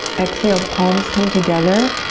exhale, palms come together.